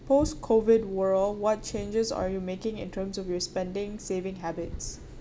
post COVID world what changes are you making in terms of your spending saving habits